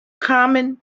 common